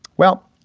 well,